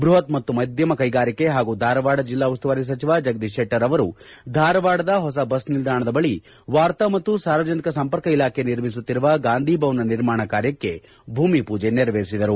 ಬೃಹತ್ ಮತ್ತು ಮಧ್ಯಮ ಕೈಗಾರಿಕೆ ಹಾಗೂ ಧಾರವಾಡ ಜಿಲ್ಲಾ ಉಸ್ತುವಾರಿ ಸಚಿವ ಜಗದೀಶ್ ಶೆಟ್ಟರ್ ಧಾರವಾಡದ ಹೊಸ ಬಸ್ ನಿಲ್ದಾಣದ ಬಳಿ ವಾರ್ತಾ ಮತ್ತು ಸಾರ್ವಜನಿಕ ಸಂಪರ್ಕ ಇಲಾಖೆ ನಿರ್ಮಿಸುತ್ತಿರುವ ಗಾಂಧಿ ಭವನ ನಿರ್ಮಾಣ ಕಾರ್ಯಕ್ಕೆ ಇಂದು ಭೂಮಿಪೂಜೆ ನೆರವೇರಿಸಿದರು